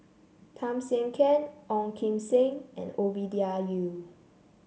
Tham Sien Yen Ong Kim Seng and Ovidia Yu